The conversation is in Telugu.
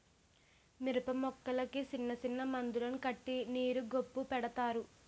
మిరపమొక్కలకి సిన్నసిన్న మందులను కట్టి నీరు గొప్పు పెడతారు